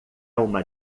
uma